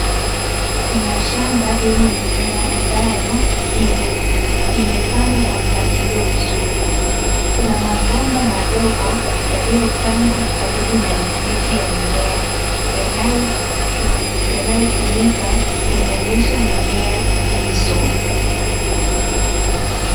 Kuna shamba lenye mimea ambayo imepandwa kwa mpangilio mzuri. Kuna mabomba madogo yaliyopangwa karibu na mizizi ya mimea, yanayotumika kunyonyesha mimea hizo.